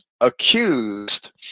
accused